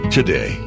Today